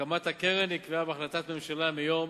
הקמת הקרן נקבעה בהחלטת ממשלה מיום